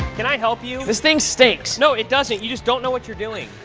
can i help you? this thing stinks. no, it doesn't. you just don't know what you're doing.